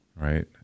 right